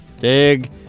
Dig